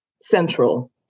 central